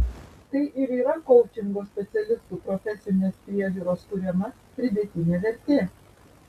tai ir yra koučingo specialistų profesinės priežiūros kuriama pridėtinė vertė